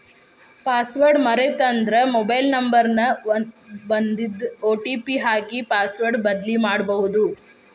password ಮರೇತಂದ್ರ mobile number ಗ ಬನ್ದಿದ್ ಒ.ಟಿ.ಪಿ ಹಾಕಿ ಪಾಸ್ವರ್ಡ್ ಬದ್ಲಿಮಾಡ್ಬೊದು